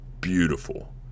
beautiful